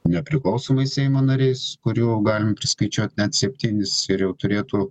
nepriklausomais seimo nariais kurių galim priskaičiuot net septynis ir jau turėtų